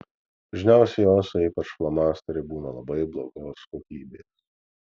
dažniausiai jos o ypač flomasteriai būna labai blogos kokybės